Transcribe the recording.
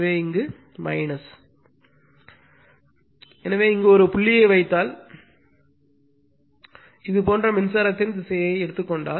எனவே இங்கே ஒரு புள்ளியை வைத்தால் இங்கே ஒரு புள்ளியை வைத்தால் இது போன்ற மின்சாரத்தின் திசையை எடுத்துக் கொண்டால்